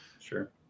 Sure